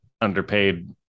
underpaid